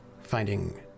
Finding